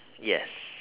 yes